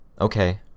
Okay